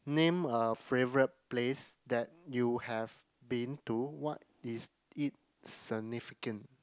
name a favourite place that you have been to what is it significant